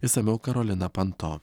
išsamiau karolina panto